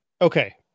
Okay